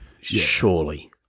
surely